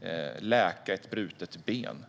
för ett brutet ben att läka.